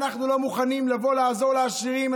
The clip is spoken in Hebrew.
אנחנו לא מונים לבוא ולעזור לעשירים,